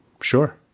Sure